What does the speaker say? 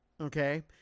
okay